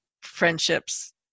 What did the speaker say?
friendships